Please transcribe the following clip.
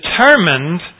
determined